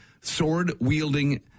sword-wielding